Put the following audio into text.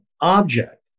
object